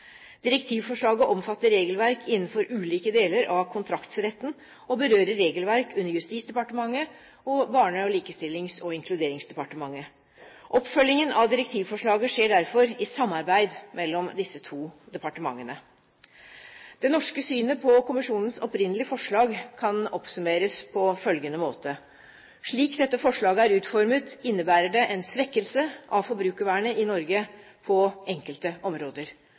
Direktivforslaget omfatter regelverk innenfor ulike deler av kontraktsretten og berører regelverk under Justisdepartementet og Barne-, likestillings- og inkluderingsdepartementet. Oppfølgingen av direktivforslaget skjer derfor i samarbeid mellom disse to departementene. Det norske synet på kommisjonens opprinnelige forslag kan oppsummeres på følgende måte: Slik dette forslaget er utformet, innebærer det en svekkelse av forbrukervernet i Norge på enkelte områder.